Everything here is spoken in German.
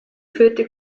führte